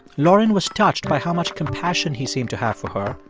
lauren was touched by how much compassion he seemed to have for her,